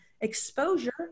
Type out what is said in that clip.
exposure